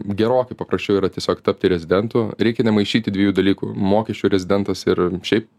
gerokai paprasčiau yra tiesiog tapti rezidentu reikia nemaišyti dviejų dalykų mokesčių rezidentas ir šiaip